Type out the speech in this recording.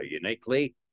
uniquely